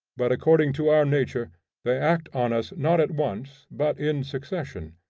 but according to our nature they act on us not at once but in succession,